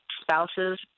spouses